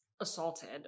Assaulted